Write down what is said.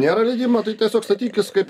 nėra leidimo tai tiesiog statykis kaip